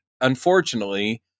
unfortunately